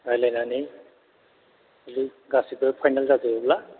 रायज्लायनानै जुदि गासिबो फाइनाल जाजोबोब्ला